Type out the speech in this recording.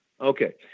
Okay